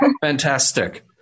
fantastic